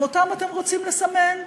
גם אותם אתם רוצים לסמן?